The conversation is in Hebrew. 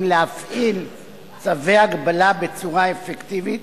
להפעיל צווי הגבלה בצורה אפקטיבית